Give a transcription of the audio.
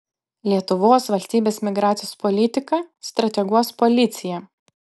lietuvos valstybės migracijos politiką strateguos policija